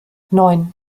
neun